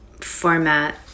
format